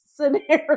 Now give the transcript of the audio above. Scenario